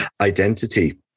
identity